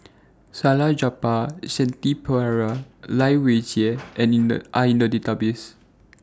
Salleh Japar Shanti Pereira and Lai Weijie Are in The Database